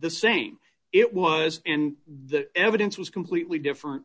the same it was and the evidence was completely different